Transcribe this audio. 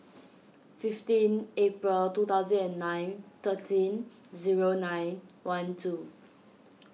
fifteen April two thousand and nine thirteen zero nine one two